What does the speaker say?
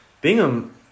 Bingham